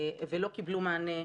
ולא קיבלו מענה.